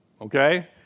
Okay